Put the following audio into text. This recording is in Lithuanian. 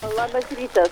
labas rytas